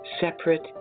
separate